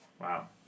Wow